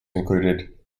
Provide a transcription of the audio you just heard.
included